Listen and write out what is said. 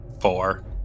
four